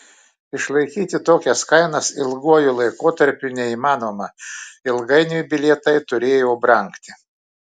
išlaikyti tokias kainas ilguoju laikotarpiu neįmanoma ilgainiui bilietai turėjo brangti